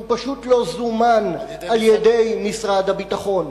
הוא פשוט לא זומן על-ידי משרד הביטחון,